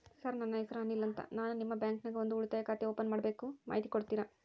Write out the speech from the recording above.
Sir ನನ್ನ ಹೆಸರು ಅನಿಲ್ ಅಂತ ನಾನು ನಿಮ್ಮ ಬ್ಯಾಂಕಿನ್ಯಾಗ ಒಂದು ಉಳಿತಾಯ ಖಾತೆ ಓಪನ್ ಮಾಡಬೇಕು ಮಾಹಿತಿ ಕೊಡ್ತೇರಾ?